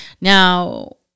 Now